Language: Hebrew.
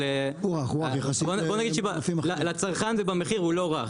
אבל בוא נגיד שלצרכן במחיר הוא לא רך,